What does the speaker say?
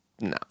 No